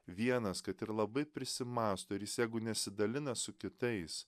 vienas kad ir labai prisimąsto ir jis jeigu nesidalina su kitais